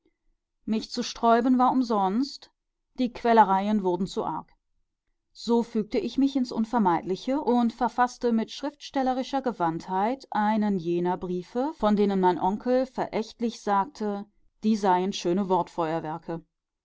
mich zu sträuben war umsonst die quälereien wurden zu arg so fügte ich mich ins unvermeidliche und verfaßte mit schriftstellerischer gewandtheit einen jener briefe von denen mein onkel verächtlich sagte die seien schöne